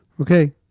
Okay